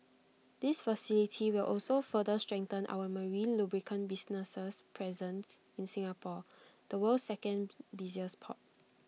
this facility will also further strengthen our marine lubricant business's presence in Singapore the world's second busiest port